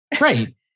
Right